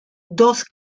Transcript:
dos